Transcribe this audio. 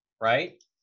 right